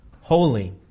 holy